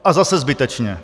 A zase zbytečně.